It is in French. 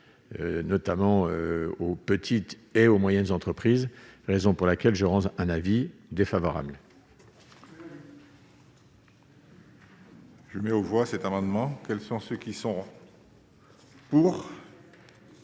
notamment aux petites et aux moyennes entreprises, raison pour laquelle je un avis défavorable. Je mets aux voix cet amendement, quels sont ceux qui sont. Pour.